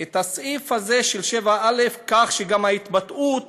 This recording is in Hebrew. את הסעיף הזה, 7א, כך שגם ההתבטאות